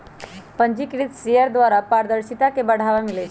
पंजीकृत शेयर द्वारा पारदर्शिता के बढ़ाबा मिलइ छै